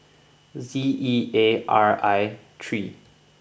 Z E A R I three